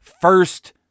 First